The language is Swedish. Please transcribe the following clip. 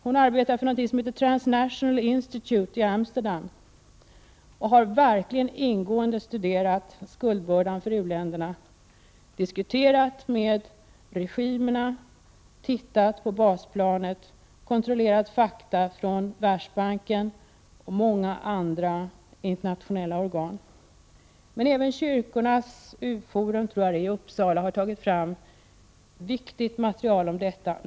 Hon arbetar för Transnational Institut i Amsterdam och har verkligen studerat u-ländernas skuldbördor. Hon har diskuterat med företrädare för regimerna, studerat hur det ser ut på basplanet samt kontrollerat fakta från Världsbanken och från många andra internationella organ. Men även Kyrkornas U-forum i Uppsala har tagit fram viktigt material om detta.